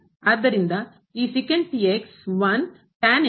ಆದ್ದರಿಂದ ಈ ಇರುತ್ತದೆ